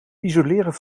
isoleren